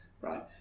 right